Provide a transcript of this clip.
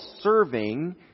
serving